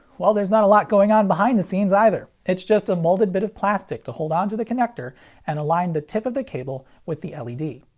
well, there's not a lot going on behind the scenes either. it's just a molded bit of plastic to hold onto the connector and align the tip of the cable with the led.